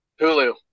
Hulu